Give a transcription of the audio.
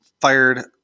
fired